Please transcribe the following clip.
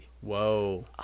Whoa